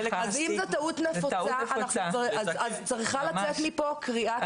אז אם זאת טעות נפוצה אז צריכה לצאת מפה קריאה,